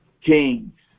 kings